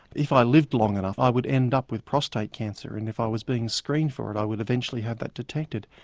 if i lived long enough i would end up with prostate cancer. and if i was being screened for it i would eventually have that detected.